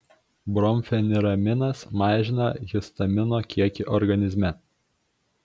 bromfeniraminas mažina histamino kiekį organizme